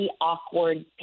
awkward